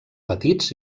petits